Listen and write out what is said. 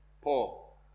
Paul